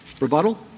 Rebuttal